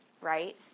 right